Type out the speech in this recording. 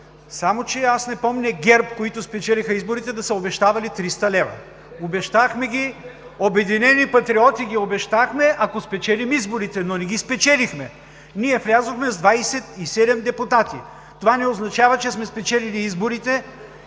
Само че аз не помня ГЕРБ, които спечелиха изборите, да са обещавали 300 лв. Обещахме ги „Обединени патриоти“, ако спечелим изборите. Но не ги спечелихме! Ние влязохме с 27 депутати. Това не означава, че сме спечелили изборите